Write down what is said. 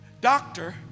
doctor